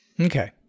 Okay